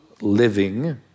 living